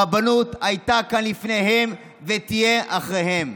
הרבנות הייתה כאן לפניהם, והיא תהיה אחריהם.